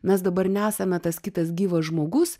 mes dabar nesame tas kitas gyvas žmogus